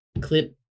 clip